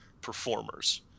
performers